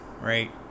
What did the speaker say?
right